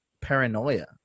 paranoia